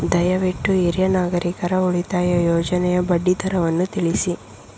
ದಯವಿಟ್ಟು ಹಿರಿಯ ನಾಗರಿಕರ ಉಳಿತಾಯ ಯೋಜನೆಯ ಬಡ್ಡಿ ದರವನ್ನು ತಿಳಿಸಿ